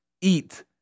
eat